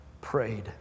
prayed